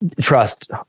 trust